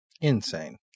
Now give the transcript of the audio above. Insane